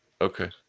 okay